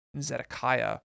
zedekiah